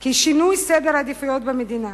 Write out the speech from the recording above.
כי שינוי סדר העדיפויות במדינה